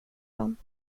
dem